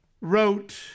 wrote